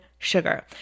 Sugar